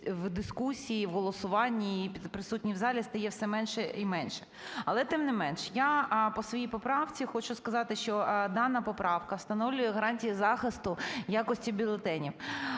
у дискусії, в голосуванні, присутніх у залі, стає все менше і менше. Але, тим не менш, я по своїй поправці хочу сказати, що дана поправка встановлює гарантії захисту якості бюлетенів.